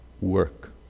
work